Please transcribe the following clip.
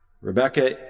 Rebecca